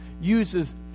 uses